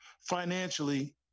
financially